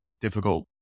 difficult